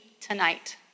tonight